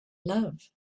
love